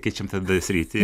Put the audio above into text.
keičiam tada sritį